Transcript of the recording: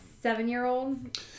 seven-year-old